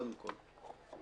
קודם כול,